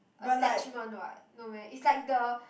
attachment what no meh is like the